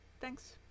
Thanks